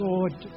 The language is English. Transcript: Lord